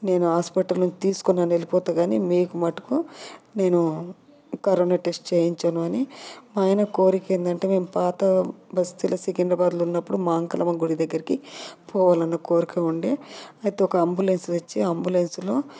నేను హాస్పిటల్ నుంచి తీసుకునైనా వెళ్ళిపోతా కానీ మీకు మటుకు నేను కరోనా టెస్ట్ చేయించను అని ఆయన కోరిక ఏందంటే మేము పాత బస్తిలో సికింద్రాబాద్లో ఉన్నప్పుడు మాంకాలమ్మ గుడి దగ్గరికి పోవాలని కోరిక ఉండే అయితే ఒక అంబులెన్స్ వచ్చి అంబులెన్స్లో